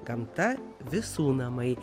gamta visų namai